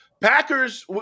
Packers